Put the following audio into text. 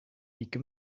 ике